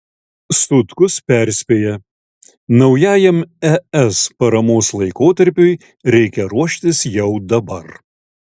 sutkus perspėja naujajam es paramos laikotarpiui reikia ruoštis jau dabar